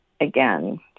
again